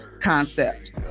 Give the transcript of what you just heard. Concept